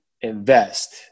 invest